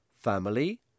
Family